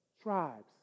tribes